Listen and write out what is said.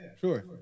sure